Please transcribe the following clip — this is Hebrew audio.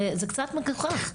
זה קצת מגוחך.